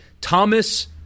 Thomas